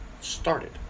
started